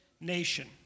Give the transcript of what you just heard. nation